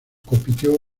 compitió